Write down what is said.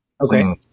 okay